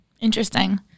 interesting